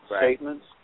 statements